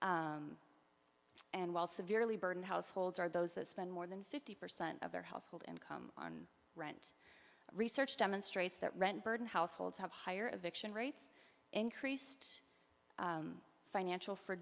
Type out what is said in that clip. and while severely burned households are those that spend more than fifty percent of their household income on rent research demonstrates that rent burden households have higher vixen rates increased financial f